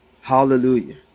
Hallelujah